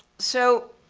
so,